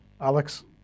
Alex